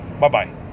bye-bye